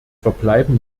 verbleiben